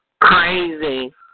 Crazy